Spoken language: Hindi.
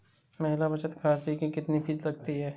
महिला बचत खाते की कितनी फीस लगती है?